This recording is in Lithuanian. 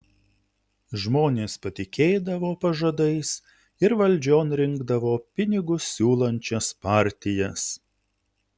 žmonės patikėdavo pažadais ir valdžion rinkdavo pinigus siūlančias partijas